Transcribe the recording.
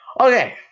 okay